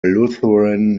lutheran